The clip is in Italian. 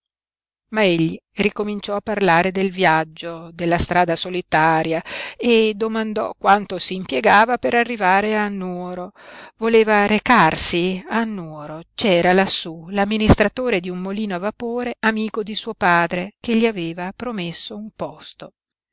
ma egli ricominciò a parlare del viaggio della strada solitaria e domandò quanto s'impiegava per arrivare a nuoro voleva recarsi a nuoro c'era lassú l'amministratore di un molino a vapore amico di suo padre che gli aveva promesso un posto